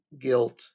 guilt